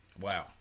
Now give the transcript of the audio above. Wow